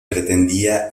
pretendía